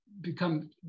become